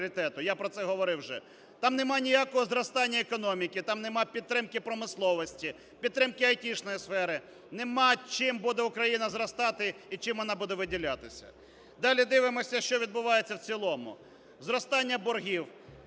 я про це говорив вже. Там нема ніякого зростання економіки, там нема підтримки промисловості, підтримки айтішної сфери, нема чим буде Україна зростати і чим вона буде виділятися. Далі. Дивимося, що відбувається в цілому. Зростання боргів: